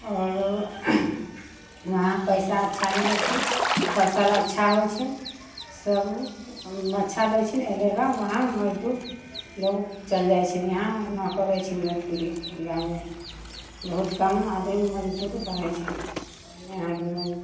आओरो उहाँ पैसा अच्छा मिलै छै फसल अच्छा होइ छै सभ अच्छा दै छै एहि लए कऽ उहाँ मजदूर लोग चलि जाइ छनि इहाँ नहि करै छै मजदूरी गाँवमे बहुत कम आदमी मजदूर करै छै इहाँके मजदूर